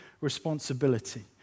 responsibility